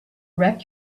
wreck